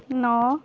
ନଅ